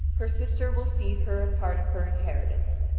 her sister will cede her a part of her inheritance.